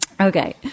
Okay